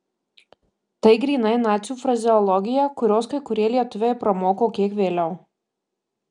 tai grynai nacių frazeologija kurios kai kurie lietuviai pramoko kiek vėliau